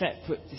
separate